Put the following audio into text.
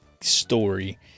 story